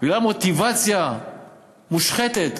בגלל מוטיבציה מושחתת,